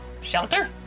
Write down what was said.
Shelter